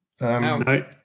No